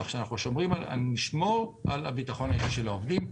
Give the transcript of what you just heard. אנחנו נשמור על הביטחון האישי של העובדים,